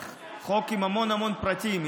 חוק עם המון המון פרטים,